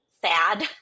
sad